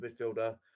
midfielder